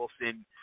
Wilson